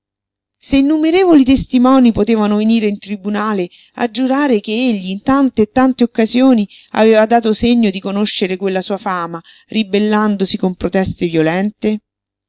se innumerevoli testimonii potevano venire in tribunale a giurare che egli in tante e tante occasioni aveva dato segno di conoscere quella sua fama ribellandosi con proteste violente